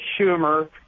Schumer